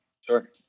Sure